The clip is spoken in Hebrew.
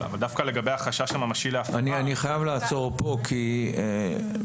דווקא לגבי החשש הממשי --- אני חייב לעצור כאן כי למרות